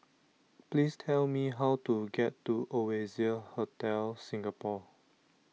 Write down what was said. please tell me how to get to Oasia Hotel Singapore